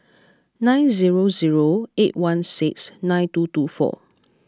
nine zero zero eight one six nine two two four